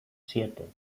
siete